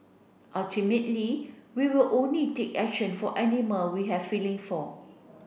ultimately we will only take action for animal we have feeling for